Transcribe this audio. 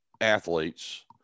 athletes